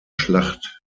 schlacht